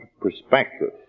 perspective